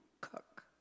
cook